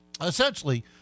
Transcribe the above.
Essentially